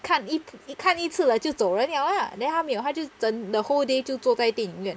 看一看一次了就走人了啊 then 他没有他就 the whole day 坐在电影院